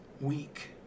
week